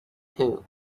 too